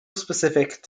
specific